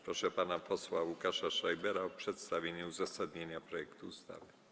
Proszę pana posła Łukasza Schreibera o przedstawienie uzasadnienia projektu ustawy.